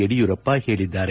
ಯಡಿಯೂರಪ್ಪ ಹೇಳಿದ್ದಾರೆ